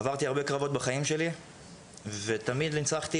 עברתי הרבה קרבות בחיים שלי ותמיד ניצחתי